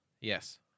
Yes